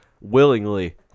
willingly